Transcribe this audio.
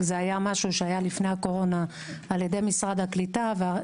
זה היה משהו שהיה לפני הקורונה על ידי משרד קליטה.